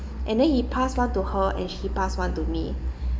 and then he passed one to her and he passed one to me